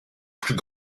plus